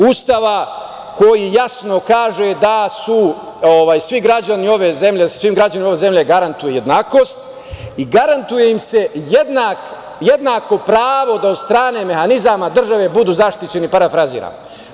Ustava, koji jasno kaže da se svim građanima ove zemlje garantuje jednakost i garantuje im se jednako pravo da od strane mehanizama države budu zaštićeni, parafraziram.